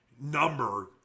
number